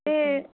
ਅਤੇ